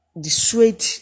dissuade